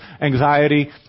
anxiety